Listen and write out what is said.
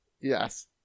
Yes